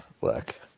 Black